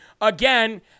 again